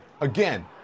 Again